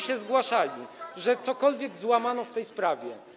się zgłaszali, że cokolwiek złamano w tej sprawie.